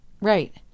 Right